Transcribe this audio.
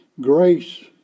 Grace